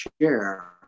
share